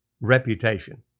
reputation